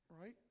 Right